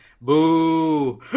Boo